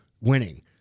winning